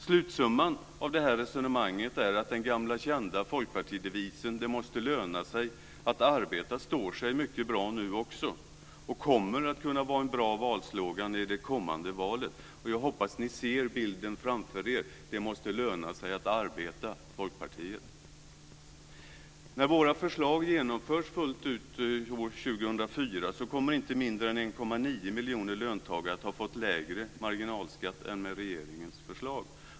Slutsumman av det här resonemanget är att den gamla kända folkpartidevisen, att det måste löna sig att arbeta, står sig mycket bra nu också och kommer att kunna vara en bra valslogan i det kommande valet. Jag hoppas att ni ser bilden framför er: Det måste löna sig att arbeta - Folkpartiet. När våra förslag genomförts fullt ut år 2004 kommer inte mindre än 1,9 miljoner löntagare att ha fått lägre marginalskatt än som skulle bli fallet med regeringens förslag.